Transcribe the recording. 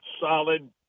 solid